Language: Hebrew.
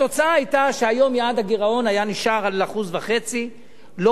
התוצאה היתה שהיום יעד הגירעון היה נשאר על 1.5% לא